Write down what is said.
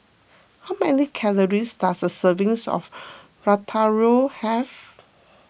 how many calories does a servings of Ratatouille have